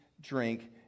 drink